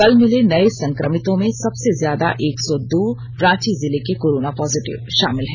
कल मिले नए संक्रमितों में सबसे ज्यादा एक सौ दो रांची जिले के पॉजिटिव शामिल हैं